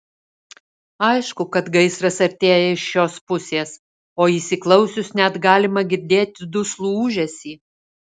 aišku kad gaisras artėja iš šios pusės o įsiklausius net galima girdėti duslų ūžesį